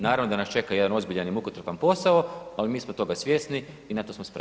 Naravno da nas čeka jedan ozbiljan i mukotrpan posao, ali mi smo toga svjesni i na to smo spremni.